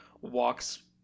walks